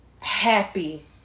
happy